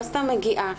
לא סתם מגיעה.